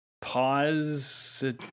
pause